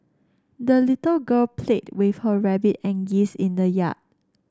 the little girl played with her rabbit and geese in the yard